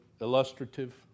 illustrative